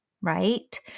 right